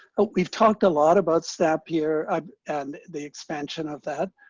we've talked a lot about snap here um and the expansion of that.